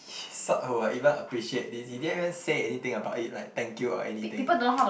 he sort of will even appreciate this he didn't even say anything about it like thank you or anything